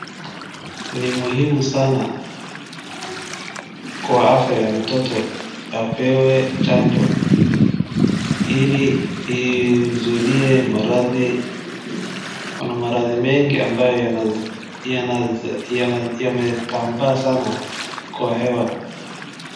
Ni muhimu sana, kwa afya ya mtoto apewe chanjo, ili imzuilie maradhi. Kuna maradhi mengi ambayo yametambaa sana kwa hewa.